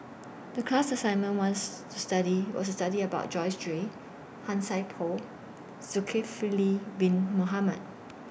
The class assignment once to study was study about Joyce Jue Han Sai Por Zulkifli Bin Mohamed